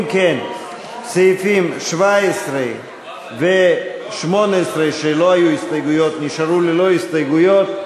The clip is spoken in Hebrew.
אם כן, סעיפים 17 ו-18 נשארו ללא הסתייגויות.